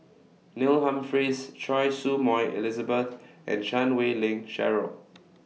Neil Humphreys Choy Su Moi Elizabeth and Chan Wei Ling Cheryl